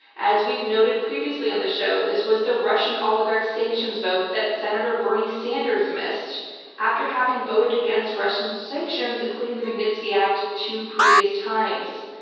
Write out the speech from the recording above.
as we've noted previously on the show, this was the russian oligarch's sanctions vote that senator bernie sanders missed after having voted against russian sanctions, including the magnitsky act two previous times.